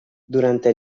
durante